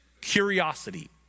curiosity